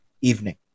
evening